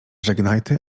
żegnajty